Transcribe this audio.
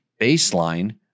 baseline